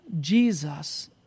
Jesus